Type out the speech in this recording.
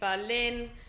Berlin